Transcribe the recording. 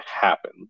happen